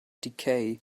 decay